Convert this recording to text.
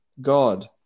God